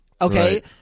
Okay